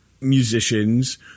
musicians